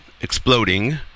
exploding